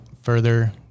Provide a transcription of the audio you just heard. further